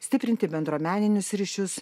stiprinti bendruomeninius ryšius